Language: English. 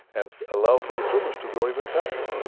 and allow for the tumours to grow even faster.